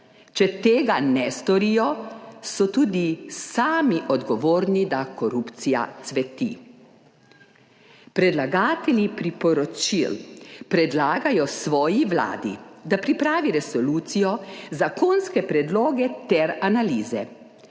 Če tega ne storijo so tudi sami odgovorni, da korupcija cveti. Predlagatelji priporočil predlagajo svoji Vladi, da pripravi resolucijo, zakonske predloge ter analize.